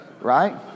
Right